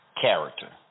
character